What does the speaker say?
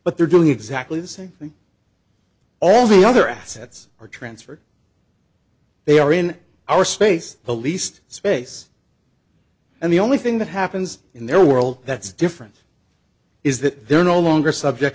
but they're doing exactly the same thing all the other assets are transferred they are in our space policed space and the only thing that happens in their world that's different is that they're no longer subject